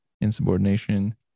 Insubordination